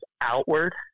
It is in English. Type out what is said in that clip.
outward